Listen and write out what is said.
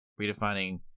redefining